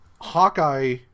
Hawkeye